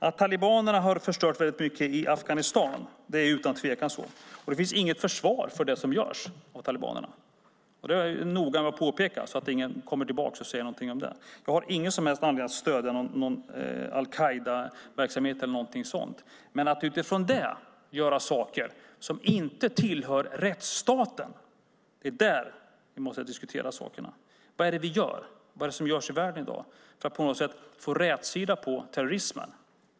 Att talibanerna har förstört väldigt mycket i Afghanistan är det ingen tvekan om. Och det finns inget försvar för det som görs av talibanerna. Det är jag noga med att påpeka, så att ingen kommer tillbaka och säger någonting om det. Jag har ingen som helst anledning att stödja al-Qaida-verksamhet eller någonting sådant. Men det är om man utifrån det gör saker som inte tillhör rättsstaten som vi måste diskutera det. Vad är det vi gör? Vad är det som görs i världen i dag för att få rätsida på terrorismen?